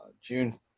June